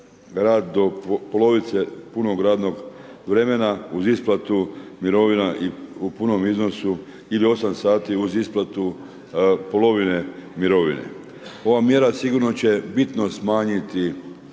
rad do polovice punog radnog vremena uz isplatu mirovina i u punom iznosu ili 8 sati uz isplatu polovine mirovine. Ova mjera sigurno će bitno smanjiti